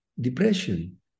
depression